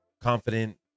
confident